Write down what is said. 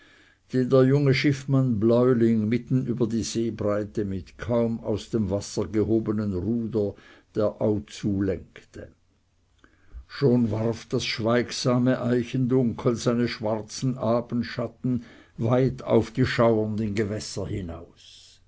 der junge schiffmann bläuling mitten über die seebreite mit kaum aus dem wasser gehobenem ruder der au zulenkte schon warf das schweigsame eichendunkel seine schwarzen abendschatten weit auf die schauernden gewässer hinaus